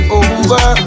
over